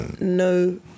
no